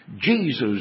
Jesus